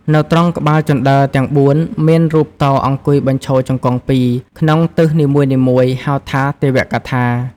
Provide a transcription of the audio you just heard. នៅត្រង់ក្បាលជណ្តើរទាំង ៤ មានរូបតោអង្គុយបញ្ឈរជង្គង់ពីរ ក្នុងទិសនីមួយៗហៅថា ទេវកថា ។